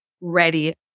ready